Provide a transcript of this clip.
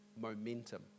momentum